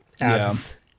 adds